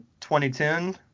2010